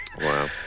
Wow